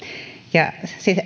ja